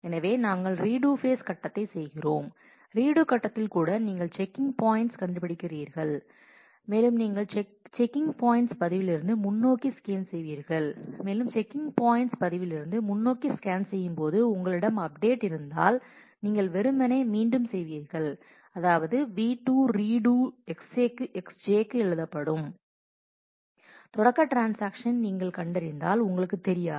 எனவே நாங்கள் read phase கட்டத்தை செய்கிறோம் ரீடு கட்டத்தில் கூட நீங்கள் செக்கிங் பாயின்ட்ஸ் கண்டுபிடிப்பீர்கள் மேலும் நீங்கள் செக்கிங் பாயின்ட்ஸ் பதிவிலிருந்து முன்னோக்கி ஸ்கேன் செய்வீர்கள் மேலும் செக்கிங் பாயின்ட்ஸ் பதிவிலிருந்து முன்னோக்கி ஸ்கேன் செய்யும்போது உங்களிடம் அப்டேட் இருந்தால் நீங்கள் வெறுமனே மீண்டும் செய்வீர்கள் அதாவது V2 ரீடு Xj க்கு எழுதப்படும் தொடக்க ட்ரான்ஸாக்ஷன் நீங்கள் கண்டறிந்தால் உங்களுக்குத் தெரியாது